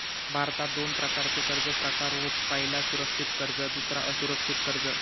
भारतात दोन प्रकारचे कर्ज प्रकार होत पह्यला सुरक्षित कर्ज दुसरा असुरक्षित कर्ज